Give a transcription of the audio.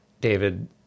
David